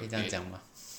可以这讲吗